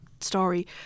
story